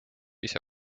ise